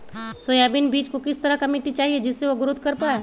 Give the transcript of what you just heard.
Soybean बीज को किस तरह का मिट्टी चाहिए जिससे वह ग्रोथ कर पाए?